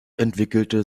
entwickelte